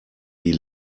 die